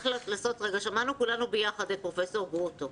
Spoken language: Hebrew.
שמענו כולנו ביחד את פרופ' גרוטו.